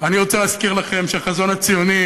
אני רוצה להזכיר לכם שהחזון הציוני